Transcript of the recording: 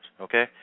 okay